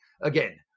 Again